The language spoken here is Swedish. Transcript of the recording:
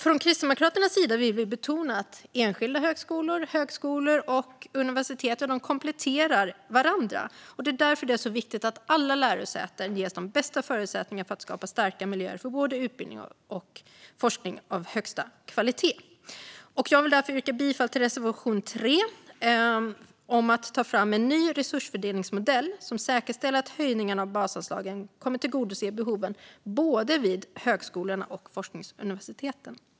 Från Kristdemokraternas sida vill vi betona att enskilda högskolor, högskolor och universitet kompletterar varandra. Det är därför viktigt att alla lärosäten ges de bästa förutsättningarna för att skapa starka miljöer för både utbildning och forskning av högsta kvalitet. Jag vill därför yrka bifall till reservation 3 om att ta fram en ny resursfördelningsmodell som säkerställer att höjningen av basanslagen kommer att tillgodose behoven vid både högskolorna och forskningsuniversiteten.